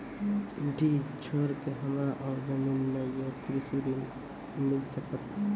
डीह छोर के हमरा और जमीन ने ये कृषि ऋण मिल सकत?